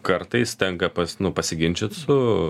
kartais tenka pas nu pasiginčyt su